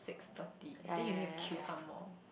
six thirty then you need to queue some more